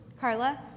Carla